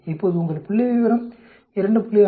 இப்போது உங்கள் புள்ளிவிவரம் 2